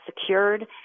secured